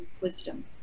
wisdom